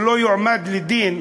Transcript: שלא אועמד לדין,